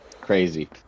crazy